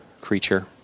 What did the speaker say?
creature